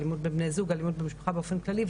אלימות בבני זוג ואלימות במשפחה באופן כללי,